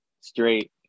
straight